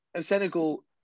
Senegal